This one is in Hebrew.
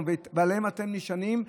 ועליהם אתם נשענים.